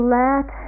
let